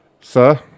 Sir